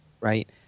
Right